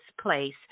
place